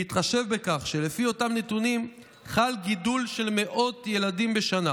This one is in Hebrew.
בהתחשב בכך שלפי אותם נתונים חל גידול של מאות ילדים בשנה